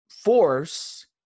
force